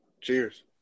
cheers